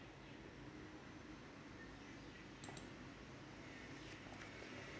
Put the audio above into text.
<Z